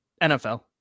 nfl